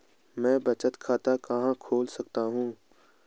मैं बचत खाता कहां खोल सकता हूँ?